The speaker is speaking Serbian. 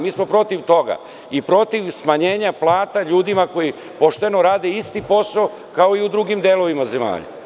Mi smo protiv toga i protiv smanjenja plata ljudima koji rade isti posao, kao i u drugim delovima zemlje.